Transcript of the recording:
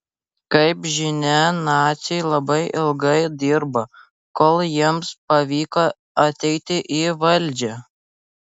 kaip žinia naciai labai ilgai dirbo kol jiems pavyko ateiti į valdžią